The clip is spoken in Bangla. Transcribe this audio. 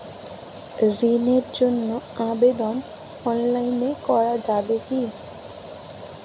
ঋণের জন্য আবেদন অনলাইনে করা যাবে কি?